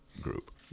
group